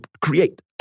create